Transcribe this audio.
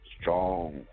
strong